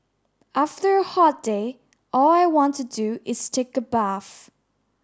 after a hot day all I want to do is take a bath